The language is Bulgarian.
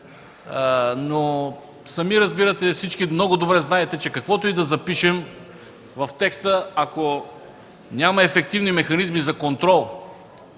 но сами разбирате, всички много добре знаете, че каквото и да запишем в текста, ако няма ефективни механизми за контрол